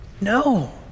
No